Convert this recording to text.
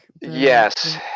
Yes